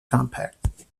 compact